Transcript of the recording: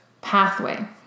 pathway